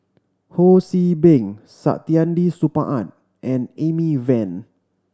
Ho See Beng Saktiandi Supaat and Amy Van